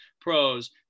pros